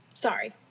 Sorry